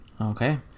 Okay